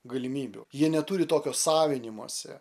galimybių jie neturi tokio savinimosi